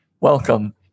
Welcome